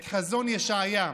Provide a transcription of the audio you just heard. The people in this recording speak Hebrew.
את חזון ישעיה: